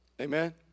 Amen